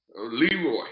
Leroy